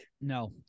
No